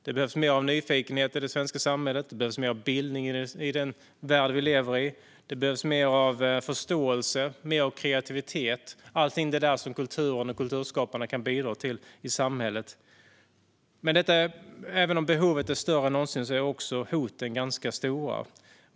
Det behövs mer av nyfikenhet i det svenska samhället och mer bildning i den värld vi lever i. Det behövs mer av förståelse, mer av kreativitet och allt det som kulturen och kulturskaparna kan bidra till i samhället. Även om behovet är större än någonsin är också hoten ganska stora.